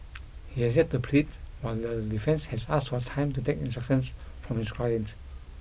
he has yet to plead while the defence has asked for time to take instructions from his client